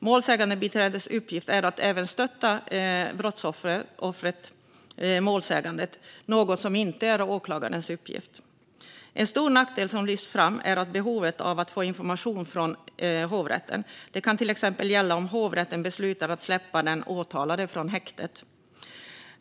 Målsägandebiträdets uppgift är att även stötta målsäganden, något som inte är åklagarens uppgift. En stor nackdel som lyfts fram gäller behovet av att få information från hovrätten. Det kan till exempel gälla om hovrätten beslutar att släppa den åtalade från häktet.